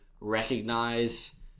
recognize